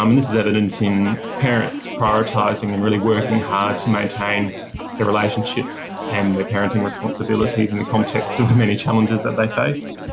um this is evident in parents prioritising and really working hard to maintain their relationship and their parenting responsibilities in the context of the many challenges that they face.